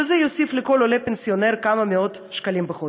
וזה יוסיף לכל עולה פנסיונר כמה מאות שקלים בחודש.